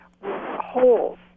holes